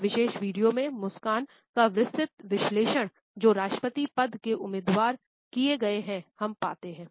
इस विशेष वीडियो में मुस्कान का विस्तृत विश्लेषण जो राष्ट्रपति पद के उम्मीदवार किए गए हैं हम पाते हैं